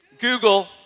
Google